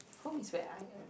home is where I am